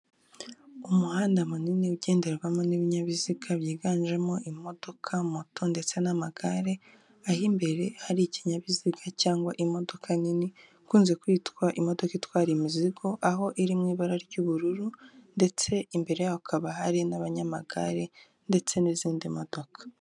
Umuhanda munini ugenderwamo n'ibinyabiziga byiganjemo imodoka, moto ndetse n'amagare. Aho imbere hari ikinyabiziga cyangwa imodoka nini ikunze kwitwa imodoka itwara imizigo, aho iri mu ibara ry'ubururu ndetse imbere yaho hakaba hari n'abanyamagare ndetse n'izindi modoka.